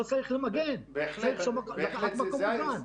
לא צריך למגן, צריך לקחת מקום ממוגן.